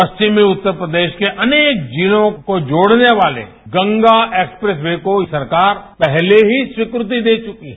पश्चिमी उत्तर प्रदेश के अनेक जिलों को जोड़ने वाले गंगा एक्सप्रेस वे को सरकार पहले ही स्वीकृति दे चुकी है